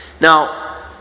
Now